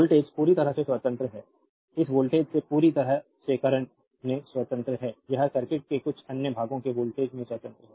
voltage पूरी तरह से स्वतंत्र है इस वोल्टेज से पूरी तरह से करंट से स्वतंत्र है या यह सर्किट के कुछ अन्य भागों के वोल्टेज से स्वतंत्र है